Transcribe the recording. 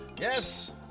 Yes